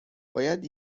باید